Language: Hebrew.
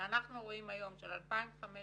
שאנחנו רואים היום של 2,500